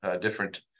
different